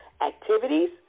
activities